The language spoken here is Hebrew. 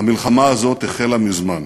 המלחמה הזאת החלה מזמן.